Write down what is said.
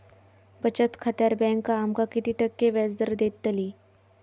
बचत खात्यार बँक आमका किती टक्के व्याजदर देतली?